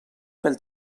pel